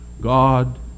God